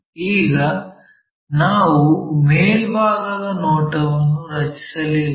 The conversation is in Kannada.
ಈಗ ನಾವು ಮೇಲ್ಭಾಗದ ನೋಟವನ್ನು ರಚಿಸಲಿಲ್ಲ